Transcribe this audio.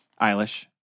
Eilish